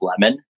lemon